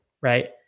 right